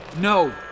No